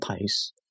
pace